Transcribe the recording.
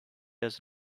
does